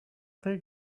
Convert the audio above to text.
they